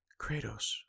kratos